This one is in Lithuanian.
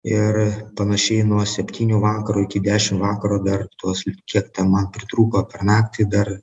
ir panašiai nuo septynių vakaro iki dešim vakaro dar tuos lyg kiek ten man pritrūko per naktį dar